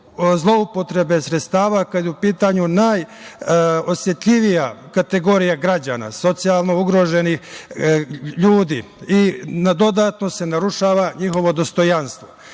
zloupotrebe sredstava kada je u pitanju najosetljivija kategorija građana, socijalno ugroženih ljudi. Dodatno se narušava njihovo dostojanstvo. Zatim,